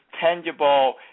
tangible